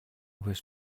was